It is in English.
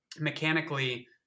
mechanically